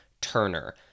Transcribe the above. Turner